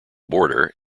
border